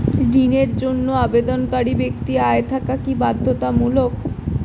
ঋণের জন্য আবেদনকারী ব্যক্তি আয় থাকা কি বাধ্যতামূলক?